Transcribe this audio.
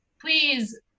please